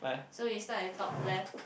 so we start with top left